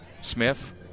Smith